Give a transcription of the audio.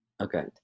Okay